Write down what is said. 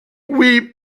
weep